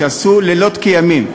שעשו לילות כימים,